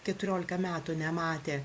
keturiolika metų nematė